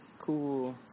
cool